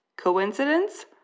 Coincidence